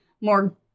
more